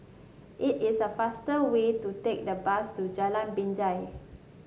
it is a faster way to take the bus to Jalan Binjai